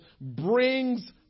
brings